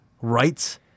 rights